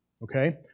okay